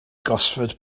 gosford